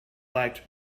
lacked